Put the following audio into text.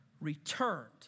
returned